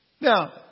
Now